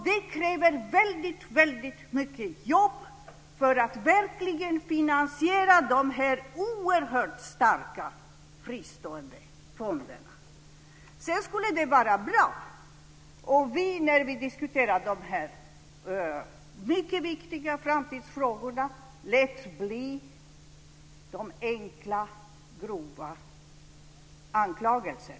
Det kräver väldigt mycket jobb att verkligen finansiera dessa oerhört starka fristående fonder. Sedan skulle det vara bra om vi när vi diskuterar dessa mycket viktiga framtidsfrågor låter bli de enkla grova anklagelserna.